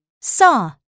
Saw